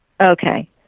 Okay